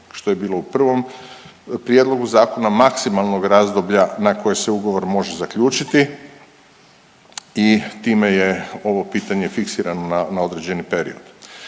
što je bilo u prvom prijedlogu zakona maksimalnog razdoblja na koji se ugovor može zaključiti i time je ovo pitanje fiksirano na određeni period.